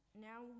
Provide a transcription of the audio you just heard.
Now